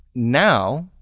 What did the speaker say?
now,